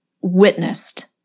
witnessed